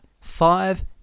five